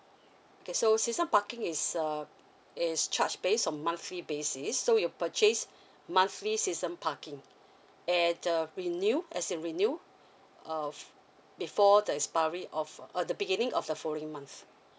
okay so season parking is uh it's charge based on monthly basis so you purchase monthly season parking and the renew as it renew uh before the expiry of uh the beginning of the following month